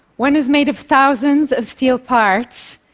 one is made of thousands of steel parts,